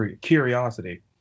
curiosity